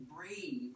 brave